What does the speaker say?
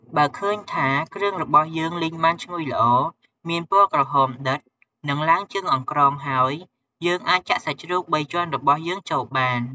បើឃើញថា គ្រឿងរបស់យើងលីងបានឈ្ងុយល្អ មានពណ៌ក្រហមដិត និងឡើងជើងអង្ក្រងហើយ យើងអាចចាក់សាច់ជ្រូកបីជាន់របស់យើងចូលបាន។